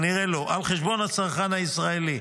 על חשבון הצרכן הישראלי.